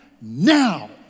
Now